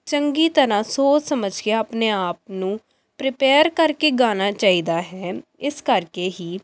ਚੰਗੀ ਤਰ੍ਹਾਂ ਸੋਚ ਸਮਝ ਕੇ ਆਪਣੇ ਆਪ ਨੂੰ ਪ੍ਰੀਪੇਅਰ ਕਰਕੇ ਗਾਉਣਾ ਚਾਹੀਦਾ ਹੈ ਇਸ ਕਰਕੇ ਹੀ